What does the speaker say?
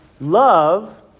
Love